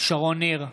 שרון ניר,